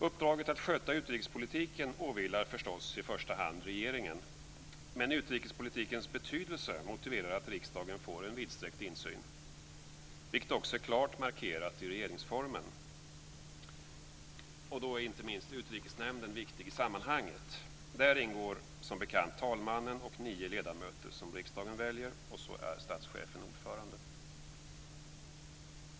Uppdraget att sköta utrikespolitiken åvilar förstås i första hand regeringen, men utrikespolitikens betydelse motiverar att riksdagen får en vidsträckt insyn, vilket också är klart markerat i regeringsformen. Då är inte minst Utrikesnämnden viktig i sammanhanget. Där ingår talmannen och nio ledamöter som riksdagen väljer, och statschefen är ordförande.